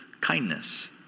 kindness